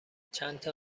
چندتا